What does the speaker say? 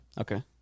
okay